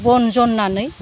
बन जननानै